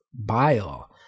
bile